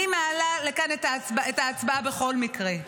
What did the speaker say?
אני מעלה לכאן את ההצבעה בכל מקרה.